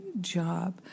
job